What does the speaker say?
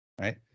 Right